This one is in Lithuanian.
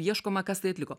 ieškoma kas tai atliko